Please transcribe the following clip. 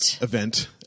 event